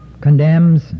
condemns